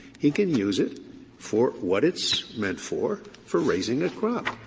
he can use it for what it's meant for, for raising a crop.